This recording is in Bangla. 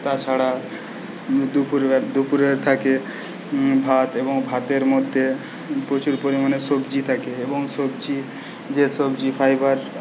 তাছাড়া দুপুরে থাকে ভাত এবং ভাতের মধ্যে প্রচুর পরিমাণে সবজি থাকে এবং সবজি যে সবজি ফাইবার